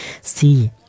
See